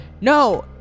No